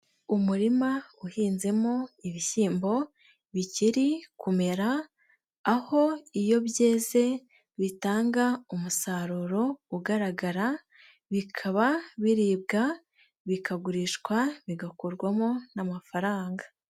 uUmurima uhinzemo ibishyimbo bikiri kumera, aho iyo byeze bitanga umusaruro ugaragara, bikaba biribwa, bikagurishwa, bigakorwamo n'amafaranga.